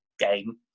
game